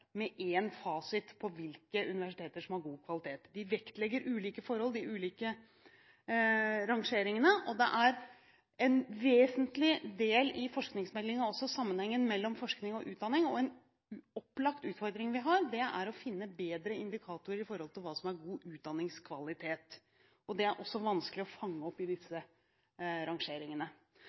med én fasit på hvilke universiteter som har god kvalitet. De ulike rangeringene vektlegger ulike forhold, og det er en vesentlig del i forskningsmeldingen – sammenhengen mellom forskning og utdanning. En opplagt utfordring vi har, er å finne bedre indikatorer med hensyn til hva som er god utdanningskvalitet. Det er også vanskelig å fange opp i disse rangeringene.